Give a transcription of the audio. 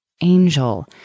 angel